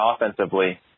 offensively